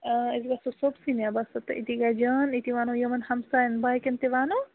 آ أسۍ گژھو صُبسٕے مےٚ باسان تہٕ أتی گژھِ جان أتی وَنو یِمَن ہمسایَن باقیَن تہِ وَنو